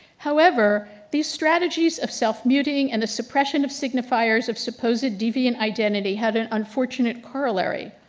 however, these strategies of self mutiny and a suppression of signifiers of supposed deviant identity had an unfortunate corollary.